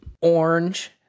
Orange